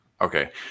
okay